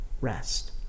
rest